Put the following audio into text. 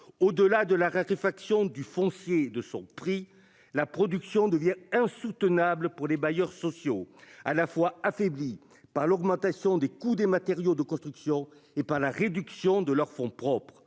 Au-delà de la raréfaction du foncier de son prix. La production devient insoutenable pour les bailleurs sociaux à la fois affaibli par l'augmentation des coûts des matériaux de construction et par la réduction de leurs fonds propres.